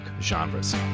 Genres